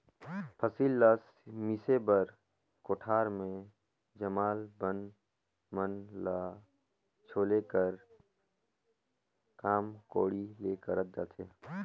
फसिल ल मिसे बर कोठार मे जामल बन मन ल छोले कर काम कोड़ी ले करल जाथे